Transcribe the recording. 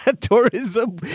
tourism